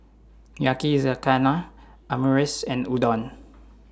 Yakizakana Omurice and Udon